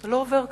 זה לא עובר ככה.